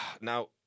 Now